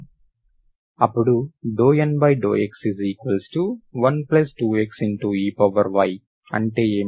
ఇప్పుడు ∂N∂x12x ey అంటే ఏమిటి